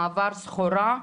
מעבר סחורה,